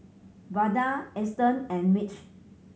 Vada Eston and Mitch